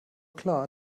klar